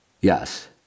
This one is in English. Yes